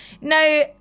Now